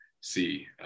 see